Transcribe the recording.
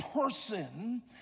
person